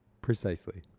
Precisely